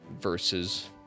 versus